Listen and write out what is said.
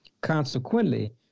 Consequently